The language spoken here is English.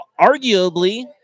arguably